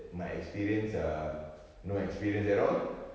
my experience are no experience at all